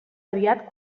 aviat